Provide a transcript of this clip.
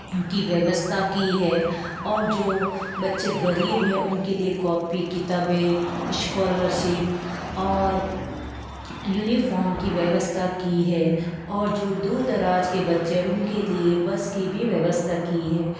की व्यवस्था की है और जो बच्चे गरीब हैं उनके लिए कॉपी किताबें इश्कॉलरशिप और युनिफ़ॉर्म की व्यवस्था की है और जो दूर दराज़ के बच्चे हैं उनके लिए बस की भी व्यवस्था की है